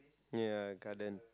ya garden